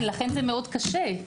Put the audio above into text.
לכן זה לא פשוט.